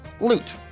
loot